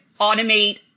automate